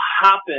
happen